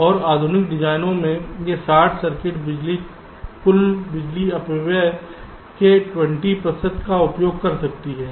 और आधुनिक डिजाइनों में यह शॉर्ट सर्किट बिजली कुल बिजली अपव्यय के 20 प्रतिशत का उपभोग कर सकती है